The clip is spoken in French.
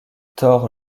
tore